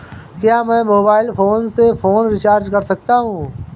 क्या मैं mobile phone से फोन रिचार्ज कर सकता हूं?